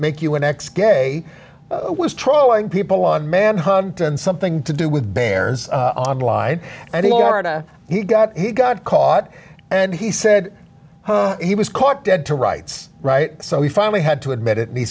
make you an x gay was trowing people on man hunt and something to do with bears on line and laura he got he got caught and he said he was caught dead to rights right so he finally had to admit it and he